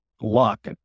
luck